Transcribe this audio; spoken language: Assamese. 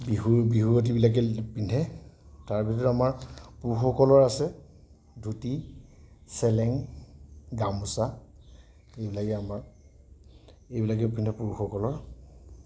বিহুৰ বিহুৱতীবিলাকে পিন্ধে তাৰপিছত আমাৰ পুৰুষসকলৰ আছে ধুতি চেলেং গামোচা এইবিলাকেই আমাৰ এইবিলাকেই পিন্ধে পুৰুষসকলৰ